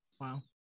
Wow